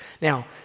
Now